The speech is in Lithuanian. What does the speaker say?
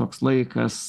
toks laikas